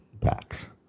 packs